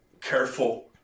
careful